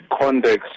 context